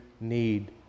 need